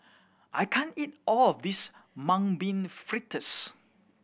I can't eat all of this Mung Bean Fritters